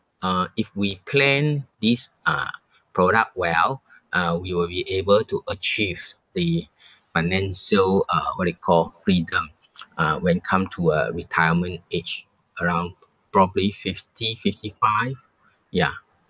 uh if we plan these uh product well uh we will be able to achieve the financial uh what you call freedom uh when come to a retirement age around probably fifty fifty five ya